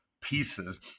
pieces